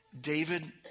David